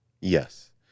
Yes